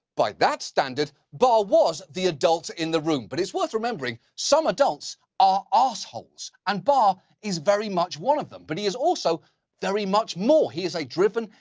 by that standard, barr was the adult in the room. but it's worth remembering, some adults are assholes. and barr is very much one of them. but he is also very much more. he is a driven,